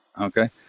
Okay